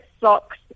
socks